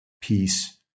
peace